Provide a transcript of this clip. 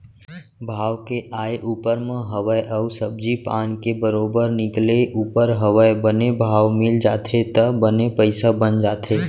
भाव के आय ऊपर म हवय अउ सब्जी पान के बरोबर निकले ऊपर हवय बने भाव मिल जाथे त बने पइसा बन जाथे